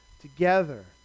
together